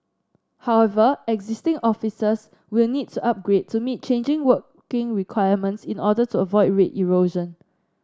however existing offices will need to upgrade to meet changing working requirements in order to avoid rate erosion